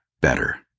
better